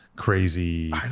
Crazy